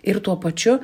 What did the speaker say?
ir tuo pačiu